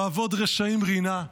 באבוד רשעים רינה.